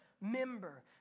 member